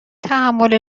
تحمل